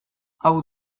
hau